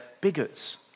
bigots